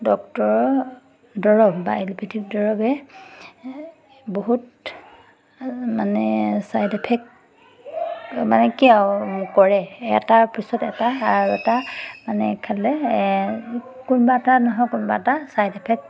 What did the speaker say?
ডক্তৰৰ দৰৱ বা এল'পেথিক দৰৱে বহুত মানে ছাইড এফেক্ট মানে কিয় কৰে এটাৰ পিছত এটা আৰু এটা মানে খালে কোনোবা এটা নহয় কোনোবা এটা ছাইড এফেক্ট